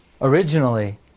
originally